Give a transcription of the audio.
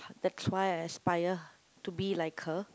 that's why I aspire to be like her